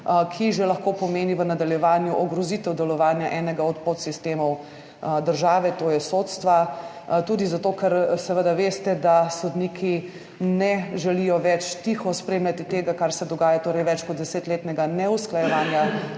ki lahko v nadaljevanju že pomeni ogrozitev delovanja enega od podsistemov države, to je sodstva. Tudi zato, ker seveda veste, da sodniki ne želijo več tiho spremljati tega, kar se dogaja, torej več kot desetletnega neusklajevanja